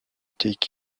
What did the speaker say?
étaient